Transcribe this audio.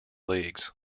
leagues